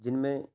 جن میں